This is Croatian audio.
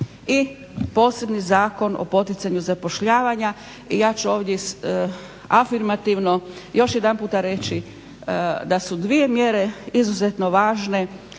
i posebni Zakon o poticanju zapošljavanja. I ja ću ovdje afirmativno još jedanput reći da su dvije mjere izuzetno važne